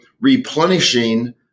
replenishing